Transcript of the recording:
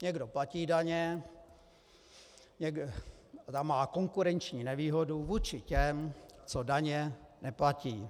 Někdo platí daně, má konkurenční nevýhodu vůči těm, co daně neplatí.